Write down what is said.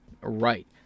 Right